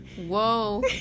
Whoa